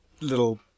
little